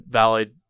valid